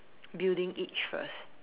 building each first